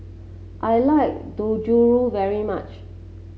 I like Dangojiru very much